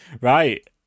Right